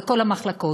בכל המחלקות.